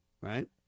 right